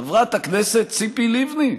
חברת הכנסת ציפי לבני.